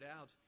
out